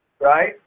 right